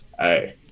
hey